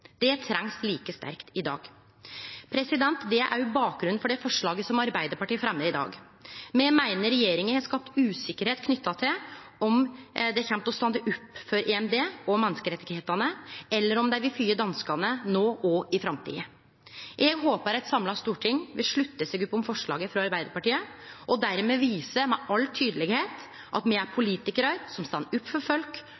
Det trengst like sterkt i dag. Det er òg bakgrunnen for det forslaget som Arbeidarpartiet fremjar i dag. Me meiner regjeringa har skapt usikkerheit knytt til om dei kjem til å stå opp for EMD og menneskerettane, eller om dei vil fylgje danskane no og i framtida. Eg håper eit samla storting vil slutte opp om forslaget frå Arbeidarpartiet og dermed vise tydeleg at me er